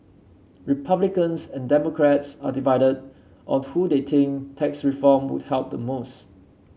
republicans and democrats are divided or two they think tax reform would help the most